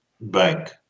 Bank